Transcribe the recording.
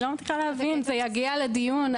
זה יגיע לדיון.